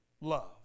love